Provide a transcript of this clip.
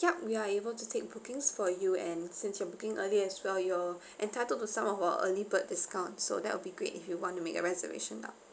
ya we are able to take bookings for you and since you're booking early as well you're entitled to some of our early bird discounts so that will be great if you want to make a reservation lah